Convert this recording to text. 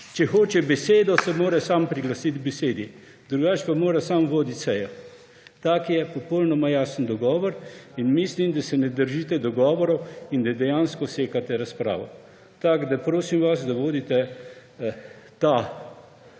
Če hoče besedo se moram sam priglasiti k besedi. Drugače pa mora sam voditi sejo. Tak je popolnoma jasen dogovor in mislim, da se ne držite dogovorov in da dejansko sekate razpravo. Prosim vas, da vodite to sejo